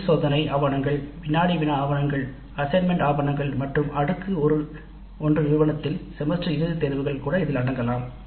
உள் சோதனை ஆவணங்கள் வினாடி வினா ஆவணங்கள் பணி நியமனங்கள் மற்றும் அடுக்கு ஒரு நிறுவனம் செமஸ்டர் இறுதி தேர்வுகள் கூட இதில் அடங்கலாம்